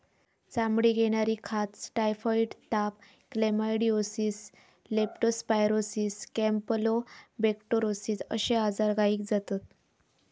चामडीक येणारी खाज, टायफॉइड ताप, क्लेमायडीओसिस, लेप्टो स्पायरोसिस, कॅम्पलोबेक्टोरोसिस अश्ये आजार गायीक जातत